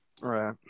right